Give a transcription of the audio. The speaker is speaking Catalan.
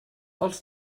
als